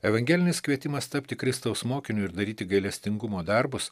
evangelinis kvietimas tapti kristaus mokiniu ir daryti gailestingumo darbus